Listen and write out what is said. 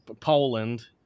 Poland